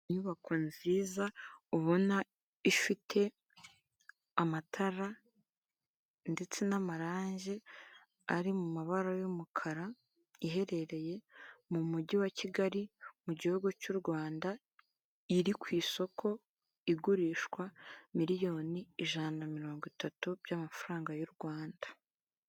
Inyubako nziza ubona ifite amatara ndetse n'amarangi ari mu mabara y'umukara, iherereye mu mujyi wa Kigali mu gihugu cy'u Rwanda, iri ku isoko, igurishwa miliyoni ijana na mirongo itatu by'amafaranga y'u Rwanda.